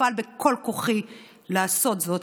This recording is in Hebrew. אפעל בכל כוחי לעשות זאת,